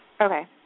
Okay